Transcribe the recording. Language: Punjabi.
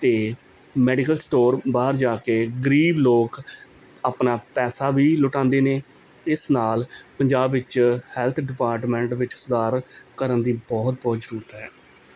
ਅਤੇ ਮੈਡੀਕਲ ਸਟੋਰ ਬਾਹਰ ਜਾ ਕੇ ਗਰੀਬ ਲੋਕ ਆਪਣਾ ਪੈਸਾ ਵੀ ਲੁਟਾਉਂਦੇ ਨੇ ਇਸ ਨਾਲ ਪੰਜਾਬ ਵਿੱਚ ਹੈਲਥ ਡਿਪਾਰਟਮੈਂਟ ਵਿੱਚ ਸੁਧਾਰ ਕਰਨ ਦੀ ਬਹੁਤ ਬਹੁਤ ਜ਼ਰੂਰਤ ਹੈ